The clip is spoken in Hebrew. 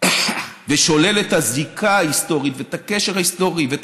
ושולל את הזיקה ההיסטורית ואת הקשר ההיסטורי ואת